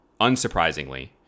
unsurprisingly